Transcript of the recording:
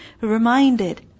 reminded